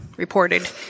reported